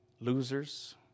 losers